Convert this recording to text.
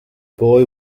boy